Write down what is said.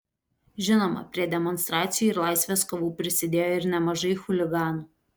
žinoma prie demonstracijų ir laisvės kovų prisidėjo ir nemažai chuliganų